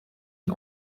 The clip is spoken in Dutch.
een